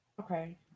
Okay